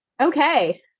okay